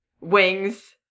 wings